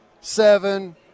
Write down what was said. seven